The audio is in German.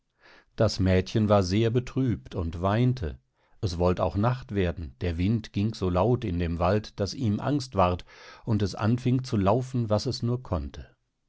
das mädchen war sehr betrübt und weinte es wollt auch nacht werden der wind ging so laut in dem wald daß ihm angst ward und es anfing zu laufen was es nur konnte